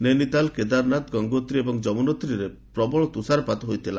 ନୈନିତାଲ୍ କେଦାରନାଥ ଗଙ୍ଗୋତ୍ରି ଏବଂ ୟମୁନୋତ୍ରିରେ ପ୍ରବଳ ତୂଷାରପାତ ହୋଇଥିଲା